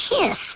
kiss